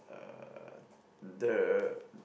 uh the